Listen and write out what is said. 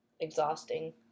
exhausting